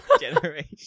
generation